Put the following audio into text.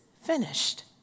finished